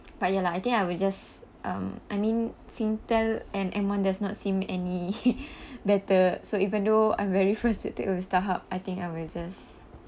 but ya lah I think I will just um I mean Singtel and M one does not seem any better so even though I'm very frustrated with Starhub I think I will just